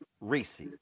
Reese